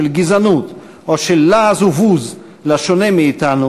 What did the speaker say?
של גזענות או של לעג ובוז לשונה מאתנו,